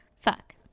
fuck